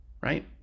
right